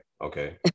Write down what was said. okay